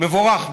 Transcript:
מבורך בעיניי.